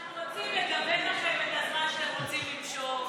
אנחנו רוצים לגוון לכם את הזמן שאתם רוצים למשוך.